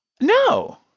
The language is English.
no